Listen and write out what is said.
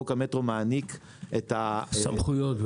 חוק המטרו מעניק את -- את הסמכויות.